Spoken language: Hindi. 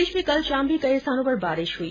प्रदेश में कल शाम भी कई स्थानों पर बारिश हई